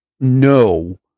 No